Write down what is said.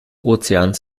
ozeans